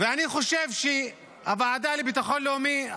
ואני חושב שהוועדה לביטחון לאומי,